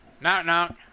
Knock-knock